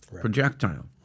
projectile